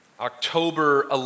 October